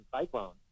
cyclones